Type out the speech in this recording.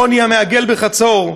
חוני המעגל בחצור,